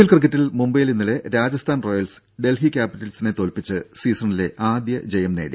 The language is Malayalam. എൽ ക്രിക്കറ്റിൽ മുംബൈയിൽ ഇന്നലെ രാജസ്ഥാൻ റോയൽസ് ഡൽഹി കാപ്പിറ്റൽസിനെ തോൽപ്പിച്ച് സീസണിലെ ആദ്യ വിജയം നേടി